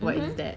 mmhmm